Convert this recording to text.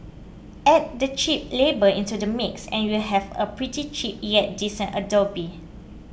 add the cheap labour into the mix and you'd have a pretty cheap yet decent abode